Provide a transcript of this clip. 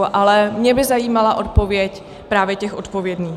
Ale mě by zajímala odpověď právě těch odpovědných.